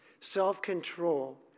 self-control